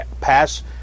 pass